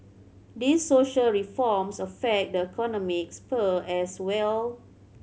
these social reforms affect the economic sphere as well